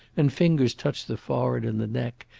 and fingers touch the forehead and the neck,